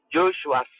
Joshua